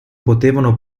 potevano